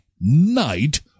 Night